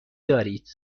دارید